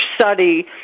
study